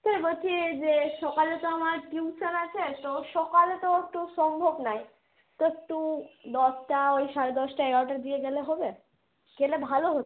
sir বলছি যে সকালে তো আমার টিউশন আছে তো সকালে তো একটু সম্ভব নায় তো এটটু দশটা ওই সাড়ে দশটা এগারোটার দিকে গেলে হবে গেলে ভালো হতো